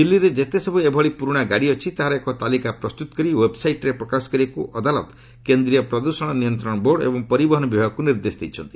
ଦିଲ୍ଲୀରେ ଯେତେସବୁ ଏଭଳି ପୁରୁଣା ଗାଡ଼ି ଅଛି ତାହାର ଏକ ତାଲିକା ପ୍ରସ୍ତୁତ କରି ୱେବ୍ସାଇଟ୍ରେ ପ୍ରକାଶ କରିବାକୁ ଅଦାଲତ କେନ୍ଦ୍ରୀୟ ପ୍ରଦୃଷଣ ନିୟନ୍ତ୍ରଣ ବୋର୍ଡ଼ ଏବଂ ପରିବହନ ବିଭାଗକୁ ନିର୍ଦ୍ଦେଶ ଦେଇଛନ୍ତି